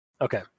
Okay